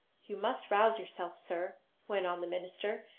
you must rouse yourself, sir went on the minister,